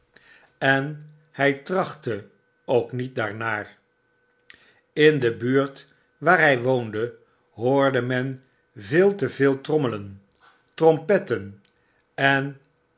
en hy trachtte ook niet daarnaar in de buurt waar hij woonde hoorde men veel te veel trommelen trompetten en